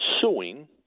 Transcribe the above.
suing